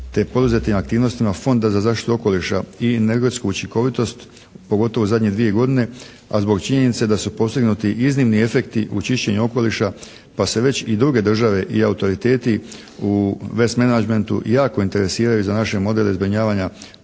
te poduzetim aktivnostima Fonda za zaštitu okoliša i energetsku učinkovitost pogotovo u zadnje dvije godine a zbog činjenice da su postignuti iznimni efekti u čišćenju okoliša pa se već i druge države i autoriteti u «west menagementu» jako interesiraju za naše modele zbrinjavanja